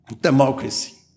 democracy